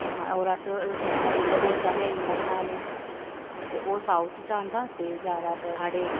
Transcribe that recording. हां होर अस कन्नै आई जंदा डोसा बी आई जंदा बनाने ते ओह् साउथ च आंदा ते ज्यादातर साढ़े